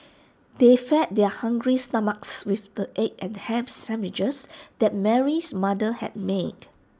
they fed their hungry stomachs with the egg and Ham Sandwiches that Mary's mother had made